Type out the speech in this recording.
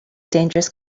dangerous